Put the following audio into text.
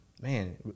Man